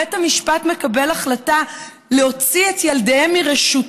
בית המשפט מקבל החלטה להוציא את ילדיהם מרשות